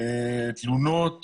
תלונות